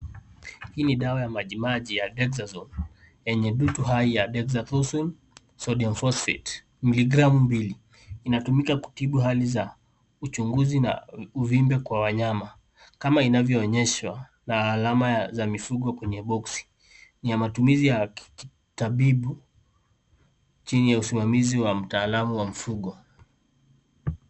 Hii ni dawa ya majimaji ya Dexazone yenye due to high doxazothone sodium phosphate miligramu mbili, inatumika kutibu hali za uchunguzi na uvimbe kwa wanyama kama inavyoonyeshwa na alama za mifugo kwenye boksi. Ni ya matumizi ya kitabibu chini ya usimamizi wa mtaalamu wa mifugo.